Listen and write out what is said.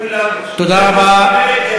כולם רוצחים אלה את אלה.